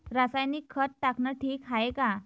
रासायनिक खत टाकनं ठीक हाये का?